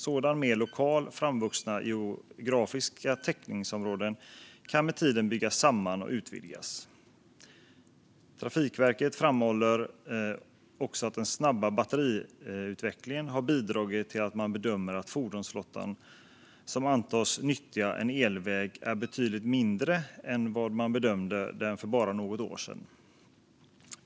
Sådana mer lokalt framvuxna geografiska täckningsområden kan med tiden byggas samman och utvidgas. Trafikverket framhåller också att den snabba batteriutvecklingen har bidragit till att man bedömer att den fordonsflotta som antas nyttja en elväg är betydligt mindre än vad man bedömde för bara något år sedan.